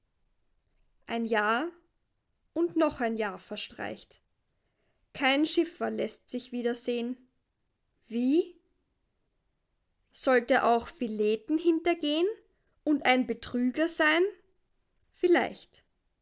ein jahr und noch ein jahr verstreicht kein schiffer läßt sich wieder sehen wie sollt er auch phileten hintergehen und ein betrüger sein vielleicht